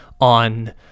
on